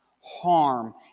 harm